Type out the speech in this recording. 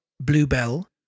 Bluebell